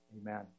Amen